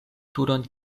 turon